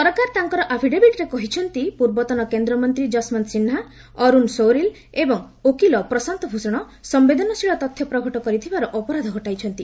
ସରକାର ତାଙ୍କର ଆଫିଡେବିଟ୍ରେ କହିଛନ୍ତି ପୂର୍ବତନ କେନ୍ଦ୍ରମନ୍ତ୍ରୀ ଯଶବନ୍ତ ସିହ୍ନା ଅରୁଣ ସୌରୀଲ ଏବଂ ଓକିଲ ପ୍ରଶାନ୍ତ ଭୂଷଣ ସମ୍ବେଦନଶୀଳ ତଥ୍ୟ ପ୍ରଘଟ କରିଥିବାର ଅପରାଧ ଘଟାଇଛନ୍ତି